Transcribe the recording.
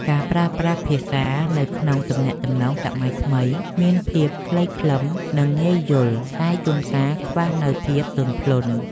ការប្រើប្រាស់ភាសានៅក្នុងទំនាក់ទំនងសម័យថ្មីមានភាពខ្លីខ្លឹមនិងងាយយល់តែជួនកាលខ្វះនូវភាពទន់ភ្លន់។